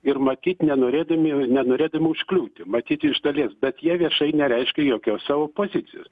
ir matyt nenorėdami nenorėdami užkliūti matyt iš dalies bet jie viešai nereiškia jokios savo pozicijos